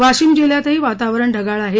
वाशिम जिल्ह्यातही वातावरण ढगाळ आहे